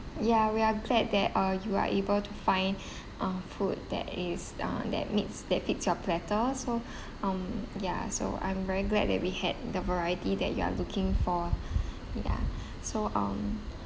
ya we are glad that uh you are able to find uh food that is uh that meets that fits your platter so um yeah so I'm very glad that we had the variety that you are looking for yeah so um